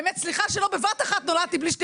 באמת סליחה שלא בבת אחת נולדתי בלי שתי